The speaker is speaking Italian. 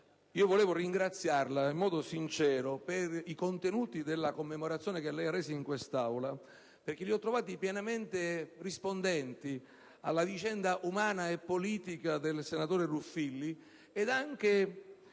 vorrei ringraziarla in modo sincero per i contenuti della commemorazione che ha reso in quest'Aula, perché li ho trovati pienamente rispondenti alla vicenda umana e politica del senatore Ruffilli e tali anche